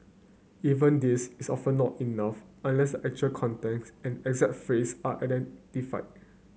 even this is often not enough unless actual context and exact phrase are identified